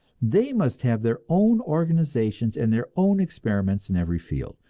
they must have their own organizations and their own experiments in every field.